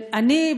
אני,